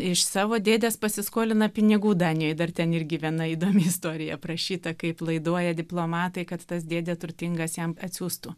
iš savo dėdės pasiskolina pinigų danijoj dar ten irgi viena įdomi istorija aprašyta kaip laiduoja diplomatai kad tas dėdė turtingas jam atsiųstų